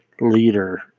leader